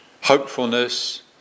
hopefulness